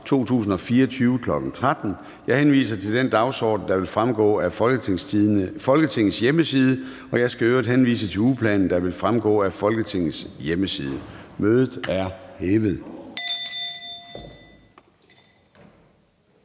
2024, kl. 13.00. Jeg henviser til den dagsorden, der vil fremgå af Folketingets hjemmeside. Jeg skal øvrigt henvise til ugeplanen, der vil fremgå af Folketingets hjemmeside. Mødet er hævet.